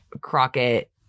crockett